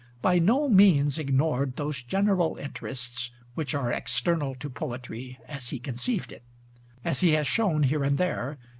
by no means ignored those general interests which are external to poetry as he conceived it as he has shown here and there,